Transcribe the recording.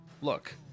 Look